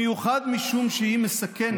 עבריינות אידיאולוגית מסוכנת במיוחד משום שהיא מסכנת,